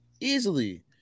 Easily